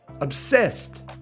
obsessed